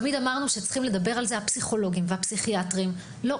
תמיד אמרנו שהפסיכולוגים והפסיכיאטריים צריכים לדבר על זה,